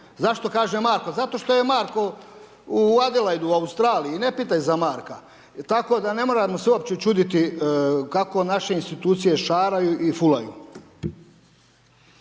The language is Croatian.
Zašto kažem Marko? Zato što je Marko u Adelaide-u u Australiji, i ne pitaj za Marka, tako da ne moramo se uopće čuditi kako naše institucije šaraju i fulaju.